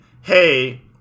Hey